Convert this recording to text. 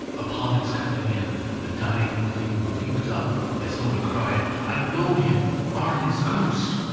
upon its coming in, the dying flame leaped up, as though it cried, i know him marley's ghost!